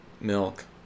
Milk